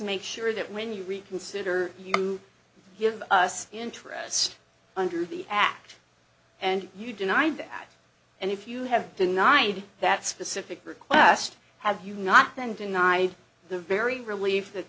make sure that when you reconsider you give us interests under the act and you deny that and if you have denied that specific request have you not then denied the very relieved that